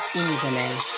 evening